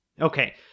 Okay